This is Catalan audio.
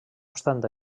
obstant